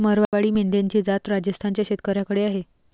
मारवाडी मेंढ्यांची जात राजस्थान च्या शेतकऱ्याकडे आहे